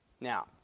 Now